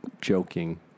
Joking